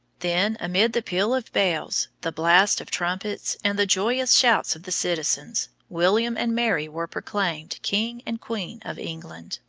then, amid the peal of bells, the blast of trumpets, and the joyous shouts of the citizens, william and mary were proclaimed king and queen of england.